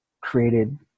created